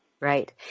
Right